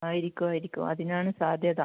ആയിരിക്കും ആയിരിക്കും അതിനാണ് സാധ്യത